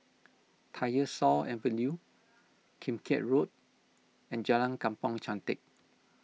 Tyersall Avenue Kim Keat Road and Jalan Kampong Chantek